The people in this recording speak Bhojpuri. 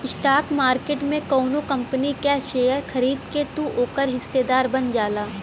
स्टॉक मार्केट में कउनो कंपनी क शेयर खरीद के तू ओकर हिस्सेदार बन जाला